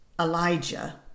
Elijah